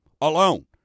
Alone